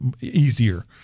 easier